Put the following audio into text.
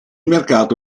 mercato